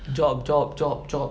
job job job job